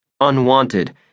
unwanted